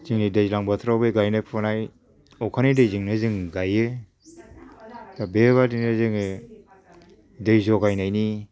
जोंनि दैज्लां बोथोराव बे गायनाय फुनाय अखानि दैजोंनो जों गायो दा बेबायदिनो जोङो दै जगायनायनि